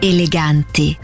Eleganti